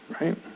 right